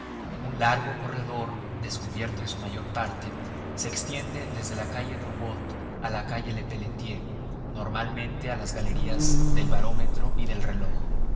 un largo corredor descubierto en su mayor parte se extiende desde la calle drouot a la calle lepeletier normalmente a las galerías del barómetro y del reloj